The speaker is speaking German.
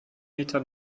meter